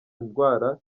ndwara